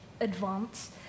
advance